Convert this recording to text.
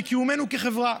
מקיומנו כחברה,